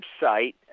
website